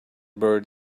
buried